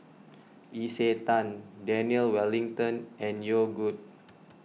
Isetan Daniel Wellington and Yogood